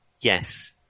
Yes